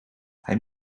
hij